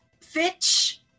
Fitch